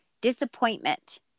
disappointment